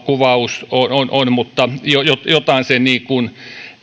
kuvaus on on mutta jotain se niin kuin